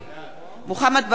בעד